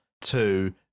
two